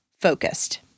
focused